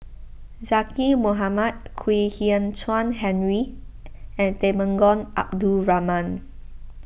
Zaqy Mohamad Kwek Hian Chuan Henry and Temenggong Abdul Rahman